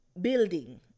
building